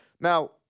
Now